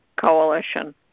Coalition